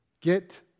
Get